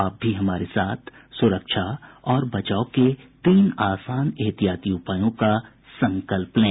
आप भी हमारे साथ सुरक्षा और बचाव के तीन आसान एहतियाती उपायों का संकल्प लें